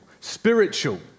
spiritual